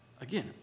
Again